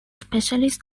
specialist